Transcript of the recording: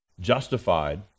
Justified